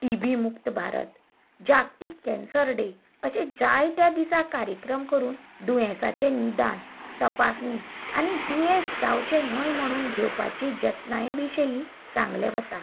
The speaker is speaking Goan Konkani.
टिबी मूक्त भारत जागतीक केन्सर डे अशे जाय त्या दिसा कार्यक्रम करून दुयेंसाचे निदान तपासणीं आनी दुयेंस जावचे न्हय म्हणून घेवपाची जतनाये विशयी सांगले वता